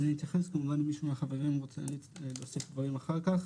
אז אני אתייחס וכמובן אם מישהו מהחברים רוצה להוסיף דבר אחר כך.